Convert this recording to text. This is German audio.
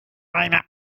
eine